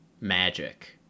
magic